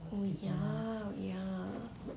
oh ya ya